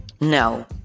No